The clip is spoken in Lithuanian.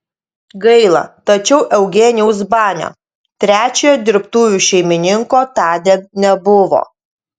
gaila tačiau eugenijaus banio trečiojo dirbtuvių šeimininko tądien nebuvo